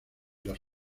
las